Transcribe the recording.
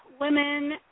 women